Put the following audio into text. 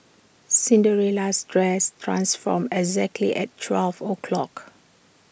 Cinderella's dress transformed exactly at twelve o' clock